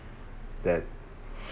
that